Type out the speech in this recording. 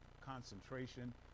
concentration